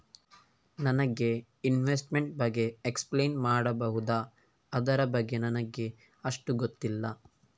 ನನಗೆ ಇನ್ವೆಸ್ಟ್ಮೆಂಟ್ ಬಗ್ಗೆ ಎಕ್ಸ್ಪ್ಲೈನ್ ಮಾಡಬಹುದು, ಅದರ ಬಗ್ಗೆ ನನಗೆ ಅಷ್ಟು ಗೊತ್ತಿಲ್ಲ?